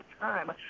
time